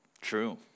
True